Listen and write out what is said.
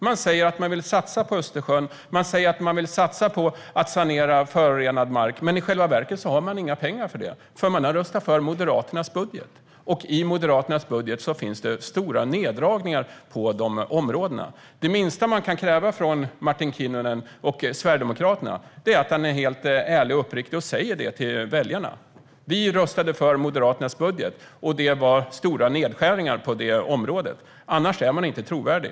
Man säger att man vill satsa på Östersjön, och man säger att man vill satsa på att sanera förorenad mark. Men i själva verket har man inga pengar till det, för man har röstat för Moderaternas budget, och den budgeten innehåller stora neddragningar på dessa områden. Det minsta man kan kräva från Martin Kinnunen och Sverigedemokraterna är de är ärliga och uppriktiga och säger till väljarna att de röstade för Moderaternas budget, och den innebär stora nedskärningar på detta område. Annars är man inte trovärdig.